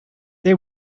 they